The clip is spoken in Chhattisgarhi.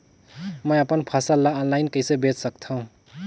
मैं अपन फसल ल ऑनलाइन कइसे बेच सकथव?